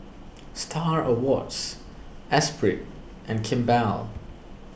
Star Awards Esprit and Kimball